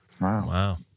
Wow